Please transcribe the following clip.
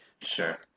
Sure